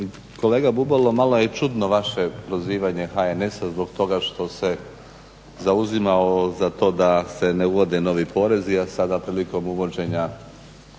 Kolega Bubalo, malo je čudno vaše prozivanje HNS-a zbog toga što se zauzimao za to da se ne uvode novi porezi a sada prilikom uvođenja